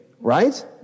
right